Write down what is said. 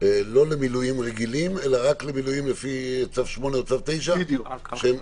לא למילואים רגילים אלא רק למילואים לפי צו 8 או צו 9. בדיוק.